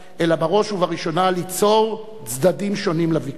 אלא בראש ובראשונה ליצור צדדים שונים לוויכוח.